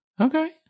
okay